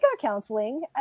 counseling